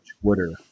Twitter